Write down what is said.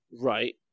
right